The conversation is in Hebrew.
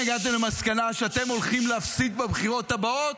למסקנה שאתם הולכים להפסיד בבחירות הבאות,